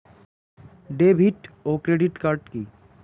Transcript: David ও credit card কি?